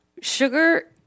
Sugar